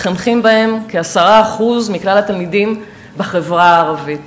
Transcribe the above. מתחנכים בהם כ-10% מכלל התלמידים בחברה הערבית.